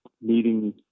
meeting